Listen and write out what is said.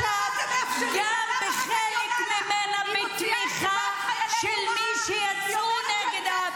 שהפצצנו חפים מפשע, השקרנית הזו.